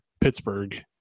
Pittsburgh